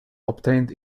obtained